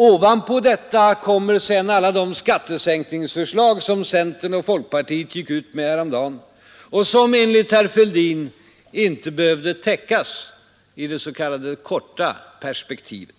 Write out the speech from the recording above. Ovanpå detta kommer sedan alla de skattesänkningsförslag som centern och folkpartiet gick ut med häromdagen och som enligt herr Fälldin inte behövde täckas i det s.k. korta perspektivet.